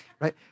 right